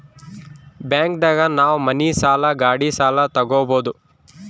bank ದಾಗ ನಾವ್ ಮನಿ ಸಾಲ ಗಾಡಿ ಸಾಲ ತಗೊಬೋದು